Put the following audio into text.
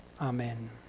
Amen